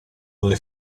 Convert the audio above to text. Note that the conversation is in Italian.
alle